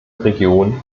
region